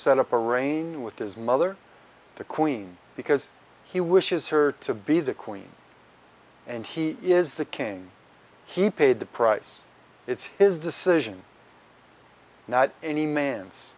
set up a reign with his mother the queen because he wishes her to be the queen and he is the cain he paid the price it's his decision not any man